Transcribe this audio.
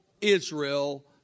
Israel